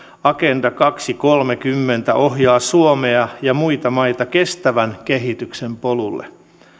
agenda kaksituhattakolmekymmentä ohjaa suomea ja muita maita kestävän kehityksen polulla